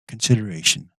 consideration